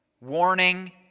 Warning